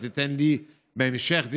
שתיתן לי דיווח בהמשך.